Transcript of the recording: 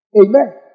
Amen